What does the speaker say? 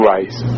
Rice